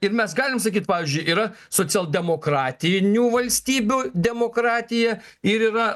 ir mes galim sakyt pavyzdžiui yra socialdemokratinių valstybių demokratija ir yra